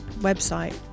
website